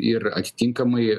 ir atitinkamai